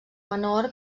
menor